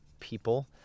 People